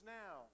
now